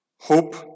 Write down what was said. Hope